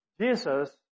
Jesus